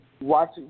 watch